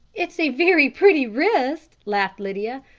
it is a very pretty wrist, laughed lydia,